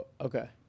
Okay